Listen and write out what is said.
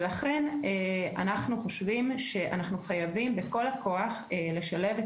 ולכן אנחנו חושבים שאנחנו חייבים בכל הכוח לשלב את